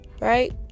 Right